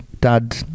dad